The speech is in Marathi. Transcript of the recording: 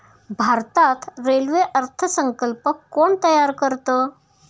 भारतात रेल्वे अर्थ संकल्प कोण तयार करतं?